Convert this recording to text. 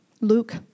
Luke